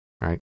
right